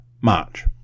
March